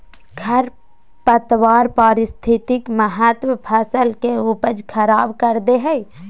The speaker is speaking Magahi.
खरपतवार पारिस्थितिक महत्व फसल के उपज खराब कर दे हइ